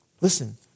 Listen